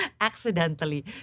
Accidentally